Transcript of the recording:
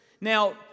Now